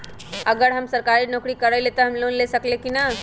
अगर हम सरकारी नौकरी करईले त हम लोन ले सकेली की न?